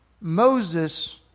Moses